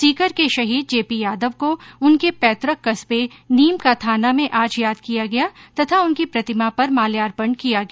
सीकर के शहीद जे पी यादव को उनके पैतुक कस्बे नीमकाथाना में आज याद किया गया तथा उनकी प्रतिमा पर माल्यार्पण किया गया